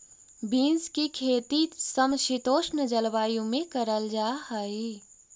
beans की खेती समशीतोष्ण जलवायु में करल जा हई